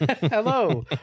Hello